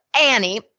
Annie